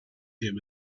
him